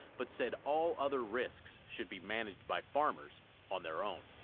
but said all other risks should be managed by farmers on their own.